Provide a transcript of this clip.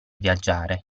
viaggiare